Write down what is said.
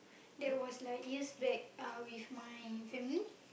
that was like years back uh with my family